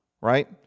right